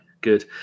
Good